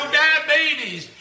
diabetes